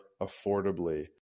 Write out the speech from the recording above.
affordably